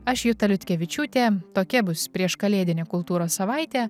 aš juta liutkevičiūtė tokia bus prieškalėdinė kultūros savaitė